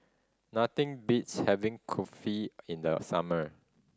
nothing beats having Kulfi in the summer